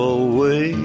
away